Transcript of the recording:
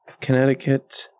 Connecticut